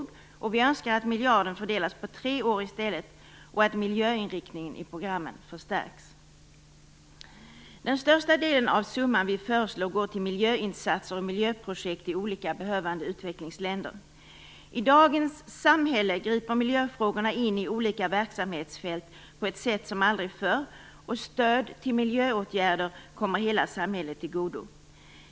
Miljöpartiet önskar att denna miljard fördelas på tre år i stället, och att miljöinriktningen i programmet förstärks. Den största delen av den summa Miljöpartiet föreslår går till miljöinsatser och miljöprojekt i olika behövande utvecklingsländer. I dagens samhälle griper miljöfrågorna in i olika verksamhetsfält på ett sätt som aldrig förr. Stöd till miljöåtgärder kommer hela samhället till godo.